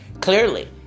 clearly